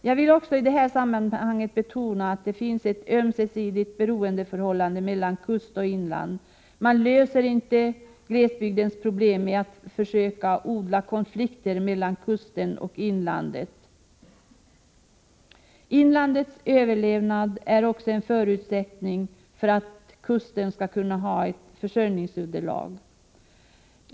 Jag vill också i detta sammanhang betona att det finns ett ömsesidigt beroendeförhållande mellan kust och inland. Man löser inte glesbygdens problem med att försöka odla konflikter mellan kusten och inlandet. Inlandets överlevnad är en förutsättning för kustområdets försörjningsunderlag.